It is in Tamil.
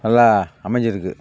நல்லா அமைஞ்சுருக்கு